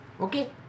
Okay